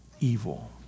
evil